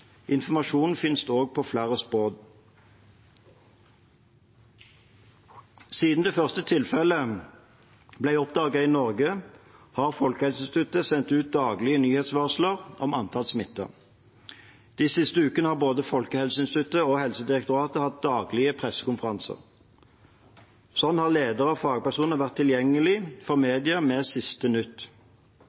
Informasjon finnes på flere språk. Siden det første tilfellet ble oppdaget i Norge, har Folkehelseinstituttet sendt ut daglige nyhetsvarsler om antall smittede. De siste ukene har både Folkehelseinstituttet og Helsedirektoratet hatt daglige pressekonferanser. Slik har ledere og fagpersoner vært tilgjengelige for mediene med siste nytt.